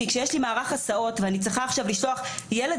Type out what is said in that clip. כי כשיש לי מערך הסעות ואני צריכה עכשיו לשלוח ילד